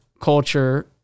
culture